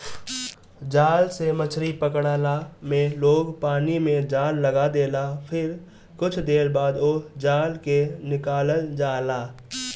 जाल से मछरी पकड़ला में लोग पानी में जाल लगा देला फिर कुछ देर बाद ओ जाल के निकालल जाला